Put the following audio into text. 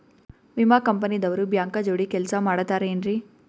ವಿಮಾ ಕಂಪನಿ ದವ್ರು ಬ್ಯಾಂಕ ಜೋಡಿ ಕೆಲ್ಸ ಮಾಡತಾರೆನ್ರಿ?